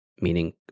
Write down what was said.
meaning